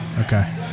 Okay